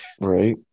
Right